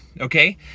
okay